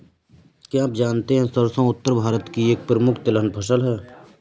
क्या आप जानते है सरसों उत्तर भारत की एक प्रमुख तिलहन फसल है?